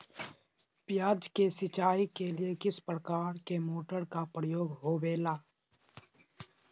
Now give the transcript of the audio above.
प्याज के सिंचाई के लिए किस प्रकार के मोटर का प्रयोग होवेला?